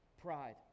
pride